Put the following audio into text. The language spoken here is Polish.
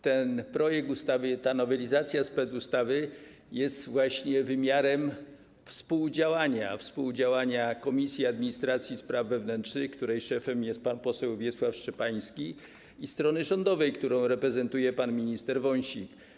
Ten projekt ustawy, ta nowelizacja specustawy jest właśnie wymiarem współdziałania, współdziałania Komisji Administracji i Spraw Wewnętrznych, której szefem jest pan poseł Wiesław Szczepański, i strony rządowej, którą reprezentuje pan minister Wąsik.